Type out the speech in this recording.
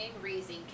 raising